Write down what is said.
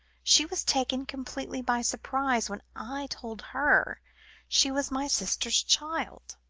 she was taken completely by surprise, when i told her she was my sister's child.